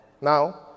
Now